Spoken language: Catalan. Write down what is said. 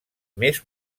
més